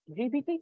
GPT